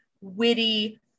witty